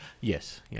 Yes